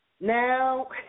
Now